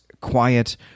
quiet